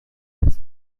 des